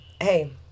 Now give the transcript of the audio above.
hey